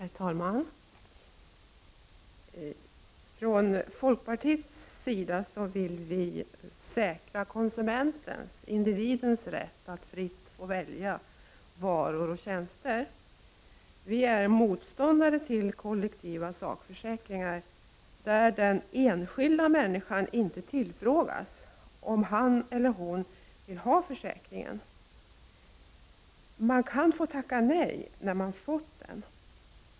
Herr talman! Från folkpartiets sida vill vi säkra konsumentens, individens rätt att fritt få välja varor och tjänster. Vi är motståndare mot kollektiva sakförsäkringar, där den enskilda människan inte tillfrågas om hon vill ha försäkringen. Man kan få tacka nej när man fått den.